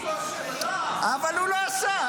--- אבל הוא לא עשה,